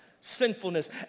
sinfulness